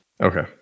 Okay